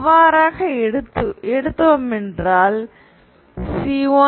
அவ்வாறாக எடுத்தோம் என்றால் C1C3C5